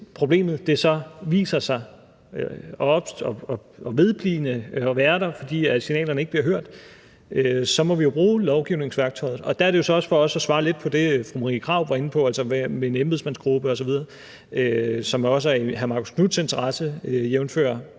problemet så viser sig at være vedblivende, fordi signalet ikke bliver hørt, så må vi jo bruge lovgivningsværktøjet. For også at svare lidt på det, fru Marie Krarup var inde på med en embedsmandsgruppe osv., som også er i hr. Marcus Knuths interesse, jævnfør